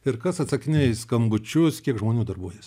ir kas atsakinėja į skambučius kiek žmonių darbuojasi